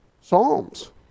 Psalms